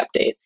updates